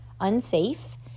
unsafe